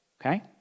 okay